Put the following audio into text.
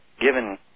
given